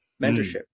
mentorship